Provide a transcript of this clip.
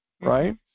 right